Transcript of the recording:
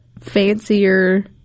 fancier